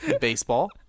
Baseball